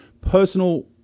personal